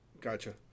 Gotcha